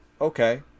Okay